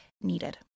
needed